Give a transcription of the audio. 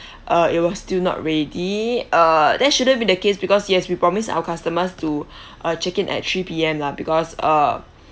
uh it was still not ready uh that shouldn't be the case because yes we promise our customers to uh check in at three P_M lah because uh